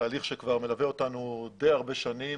תהליך שכבר מלווה אותנו די הרבה שנים.